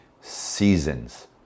seasons